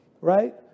right